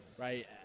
right